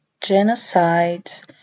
genocides